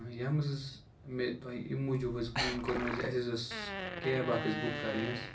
ٲں یَتھ منٛز مےٚ تۄہہِ امہِ مُوجوٗب حظ فون کوٚرمُو زِ اَسہِ حظ ٲسۍ کیب اَکھ حظ بُک کَرٕنۍ حظ